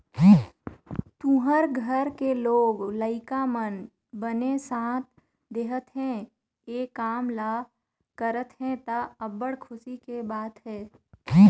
तुँहर घर के लोग लइका मन बने साथ देहत हे, ए काम ल करत हे त, अब्बड़ खुसी के बात हे